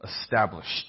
Established